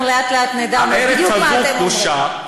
אנחנו לאט-לאט נדע בדיוק מה אתם אומרים.